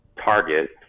Target